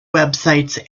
websites